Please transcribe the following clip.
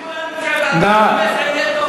יהיה טוב.